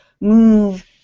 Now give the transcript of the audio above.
move